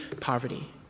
poverty